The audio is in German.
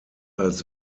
als